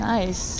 Nice